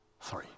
three